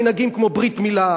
מנהגים כמו ברית-מילה,